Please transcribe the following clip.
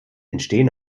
entstehen